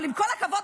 אבל עם כל הכבוד,